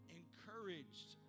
encouraged